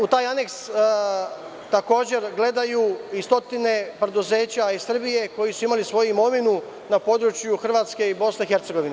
U taj aneks takođe gledaju i stotine preduzeća iz Srbije koji su imali svoju imovinu na području Hrvatske i BiH.